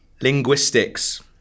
Linguistics